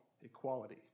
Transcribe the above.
equality